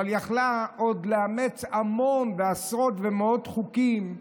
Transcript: אבל היא יכלה לאמץ עוד המון ועשרות ומאות חוקים.